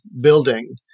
building